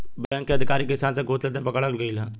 bank के अधिकारी किसान से घूस लेते पकड़ल गइल ह